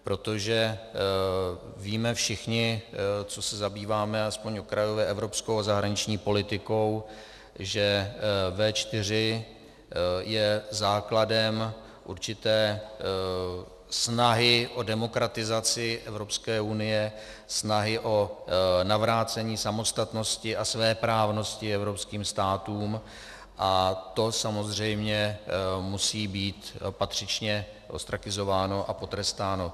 Protože víme všichni, co se zabýváme aspoň okrajově evropskou a zahraniční politikou, že V4 je základem určité snahy o demokratizaci Evropské unie, snahy o navrácení samostatnosti a svéprávnosti evropským státům a to samozřejmě musí být patřičně ostrakizováno a potrestáno.